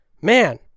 man